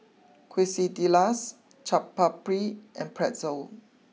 Quesadillas Chaat Papri and Pretzel